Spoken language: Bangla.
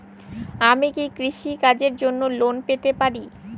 আমি কি কৃষি কাজের জন্য লোন পেতে পারি?